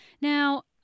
Now